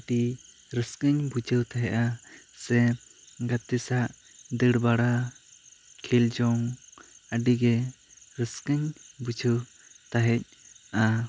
ᱟᱹᱫᱤ ᱨᱟᱹᱥᱠᱟᱹ ᱤᱧ ᱵᱩᱡᱷᱟᱹᱣ ᱛᱟᱦᱮᱸᱜᱼᱟ ᱥᱮ ᱜᱟᱛᱮ ᱥᱟᱶ ᱫᱟᱹᱲ ᱵᱟᱲᱟ ᱠᱷᱮᱞ ᱡᱚᱝ ᱟᱹᱰᱤ ᱜᱮ ᱨᱟᱹᱥᱠᱟᱹᱧ ᱵᱩᱡᱷᱟᱹᱣ ᱛᱟᱦᱮᱸᱜᱼᱟ